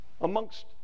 Amongst